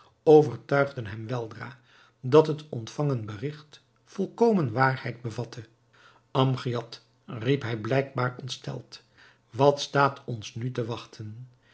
overtuigden hem weldra dat het ontvangen berigt volkomen waarheid bevatte amgiad riep hij blijkbaar ontsteld wat staat ons nu te wachten